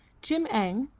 jim eng,